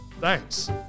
thanks